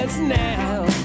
now